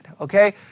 Okay